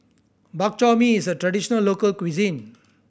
Bak Chor Mee is a traditional local cuisine